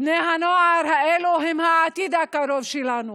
בני הנוער האלה הם העתיד הקרוב שלנו,